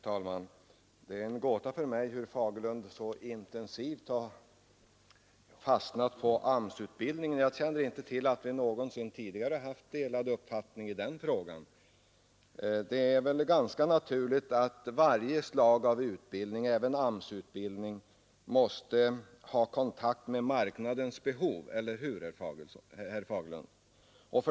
Herr talman! Det är en gåta för mig hur herr Fagerlund så intensivt kan ha fastnat på AMS-utbildningen. Jag känner inte till att vi någonsin tidigare har haft delade meningar i den frågan. Det är väl ganska naturligt att varje slag av utbildning, även AMS-utbildning, måste stå i relation till arbetsmarknadens behov — eller hur, herr Fagerlund?